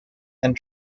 and